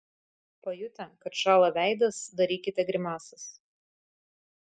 pajutę kad šąla veidas darykite grimasas